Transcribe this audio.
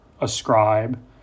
ascribe